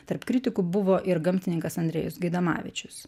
tarp kritikų buvo ir gamtininkas andrejus gaidamavičius